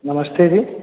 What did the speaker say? नमस्ते जी